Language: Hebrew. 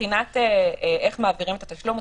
מבחינת השאלה איך מעבירים את התשלום,